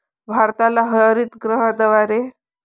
भारताला हरितगृहाद्वारे आयातीचा चांगला फायदा होत आहे